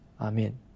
Amen